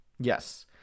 Yes